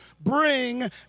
bring